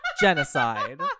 genocide